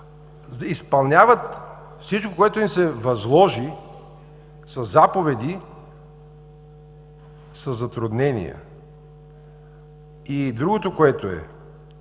Изпълняват всичко, което им се възложи със заповеди, със затруднения. И другото –